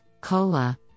COLA